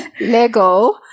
Lego